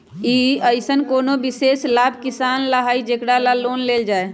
कि अईसन कोनो विशेष लाभ किसान ला हई जेकरा ला लोन लेल जाए?